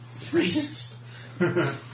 Racist